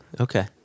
Okay